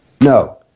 No